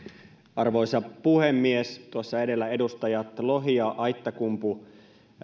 arvoisa puhemies tuossa edellä edustajat lohi ja aittakumpu